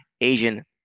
Asian